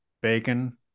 Bacon